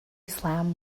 slam